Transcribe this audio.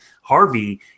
Harvey